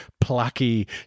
plucky